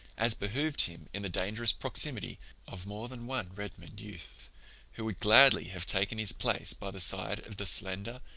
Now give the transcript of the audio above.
as behooved him in the dangerous proximity of more than one redmond youth who would gladly have taken his place by the side of the slender,